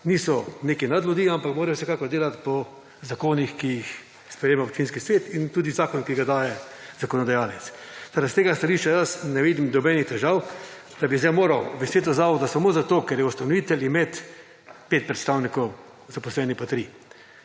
niso neki nad ljudi, ampak morajo vsekakor delati po zakonih, ki jih sprejema občinski svet in tudi zakon, ki ga daje zakonodajalec. Torej iz tega stališča jaz ne vidim nobenih težav, da bi sedaj moral Svet zavoda samo zato, ker je ustanovitelj med 5 predstavnikov zaposleni pa tri.